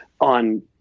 on